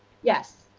yes.